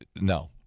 No